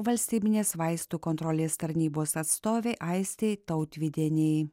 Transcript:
valstybinės vaistų kontrolės tarnybos atstovei aistei tautvydienei